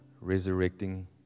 resurrecting